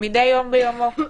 מדי יום ביומו.